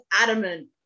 adamant